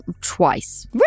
twice